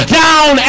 down